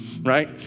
Right